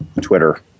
Twitter